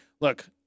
look